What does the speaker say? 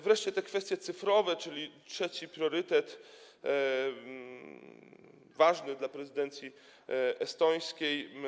Wreszcie te kwestie cyfrowe, czyli trzeci priorytet, ważny dla prezydencji estońskiej.